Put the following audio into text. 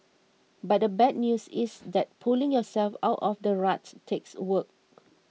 but the bad news is that pulling yourself out of the rut takes work